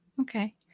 Okay